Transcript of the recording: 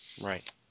Right